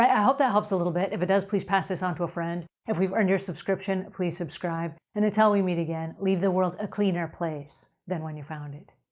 i hope that helps a little bit. if it does, please pass this on to a friend. if we've earned your subscription, please subscribe and until we meet again, leave the world a cleaner place than when you found it.